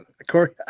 Corey